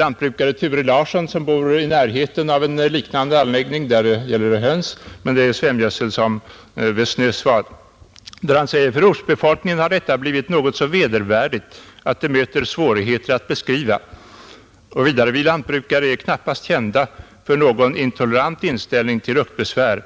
En lantbrukare vid namn Thure Larsson som bor i närheten av en sådan här anläggning — det gäller i detta fall höns, men man använder svämgödsel liksom Snösvad — säger följande: ”För ortsbefolkningen har detta blivit något så vedervärdigt att det möter svårigheter att beskrivas. ——— Vi lantbrukare är knappast kända för någon intolerant inställning till luktbesvär,